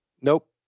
Nope